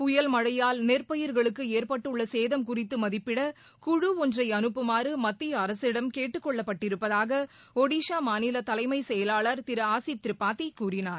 புயல் மழையால் நெற்பயிர்களுக்கு ஏற்பட்டுள்ள சேதம் குறித்து மதிப்பிட குழு ஒன்றை அனுப்புமாறு மத்திய அரசிடம் கேட்டுக்கொள்ளப் பட்டிருப்பதாக ஒடிஷா மாநில தலைமை செயலாளர் திரு ஆசித் திரிபாதி கூறினார்